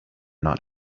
not